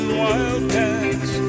wildcats